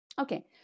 Okay